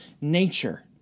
nature